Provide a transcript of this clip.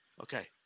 Okay